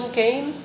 came